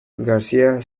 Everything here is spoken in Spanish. garcía